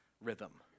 rhythm